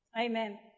Amen